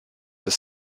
des